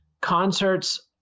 concerts